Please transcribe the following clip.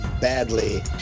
badly